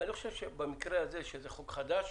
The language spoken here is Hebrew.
אני חושב שבמקרה הזה שזה חוק חדש